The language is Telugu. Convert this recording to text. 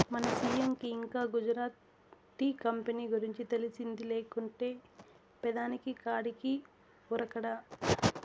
మన సీ.ఎం కి ఇంకా గుజరాత్ టీ కంపెనీ గురించి తెలిసింది లేకుంటే పెదాని కాడికి ఉరకడా